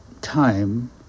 time